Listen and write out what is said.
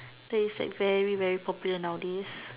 that is like very very popular nowadays